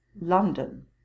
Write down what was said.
london